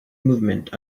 movement